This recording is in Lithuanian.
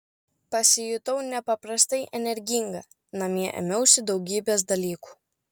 pasijutau nepaprastai energinga namie ėmiausi daugybės dalykų